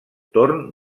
torn